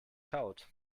kaut